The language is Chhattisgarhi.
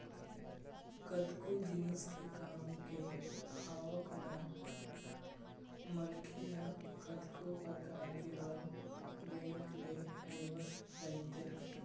कतको जिनिस के काम के आवक म मनखे ह कतको परकार के लोन बेंक ले लेवत रहिथे